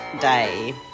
day